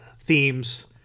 themes